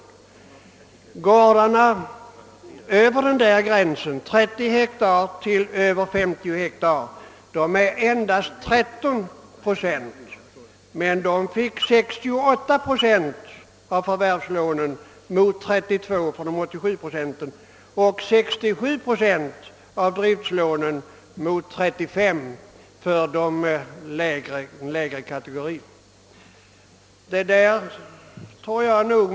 De jordbruk som befinner sig över denna gräns och som omfattar 30—50 hektar och däröver utgör endast 13 procent av samtliga jordbruk, men de fick 68 procent av förvärvslånen och 67 procent av driftslånen mot respektive 32 och 35 procent för de andra kategorierna av mindre jordbruk som uppgår till 87 procent av samtliga.